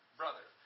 brother